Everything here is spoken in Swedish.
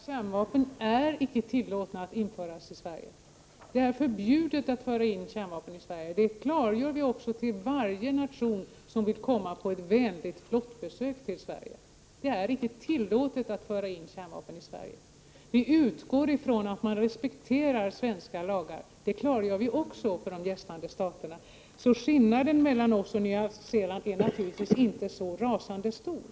Herr talman! Jag vill bara än en gång säga att det icke är tillåtet att införa kärnvapen i Sverige. Det klargör vi också för varje nation som vill komma på ett vänligt flottbesök. Det är icke tillåtet att föra in kärnvapen i Sverige. Vi utgår från att man respekterar svenska lagar. Det klargör vi också för de gästande staterna. Det är således helt klart att skillnaden mellan Sverige och Nya Zeeland inte är så rasande stor.